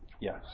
Yes